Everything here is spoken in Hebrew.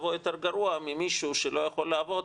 מצבו יותר גרוע ממישהו שלא יכול לעבוד,